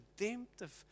redemptive